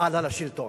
עלה לשלטון.